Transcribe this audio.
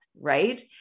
Right